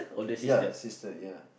ya sister ya